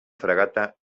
fragata